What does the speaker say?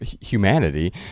humanity